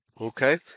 Okay